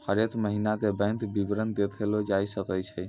हरेक महिना के बैंक विबरण देखलो जाय सकै छै